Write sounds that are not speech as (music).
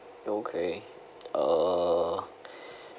okay uh (breath)